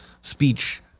speech